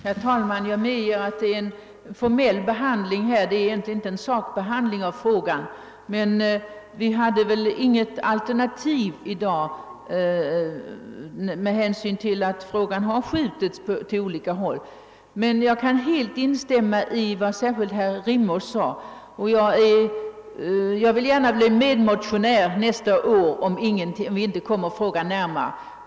Herr talman! Jag medger att vi har gjort en formell behandling och egentligen inte sakbehandlat frågan, men vi hade väl inget alternativ med hänsyn till att ärendet har hänskjutits till olika instanser. Jag kan helt instämma i vad särskilt herr Rimås sade, och jag vill gärna bli medmotionär nästa år, om vi då inte kommit närmare en lösning.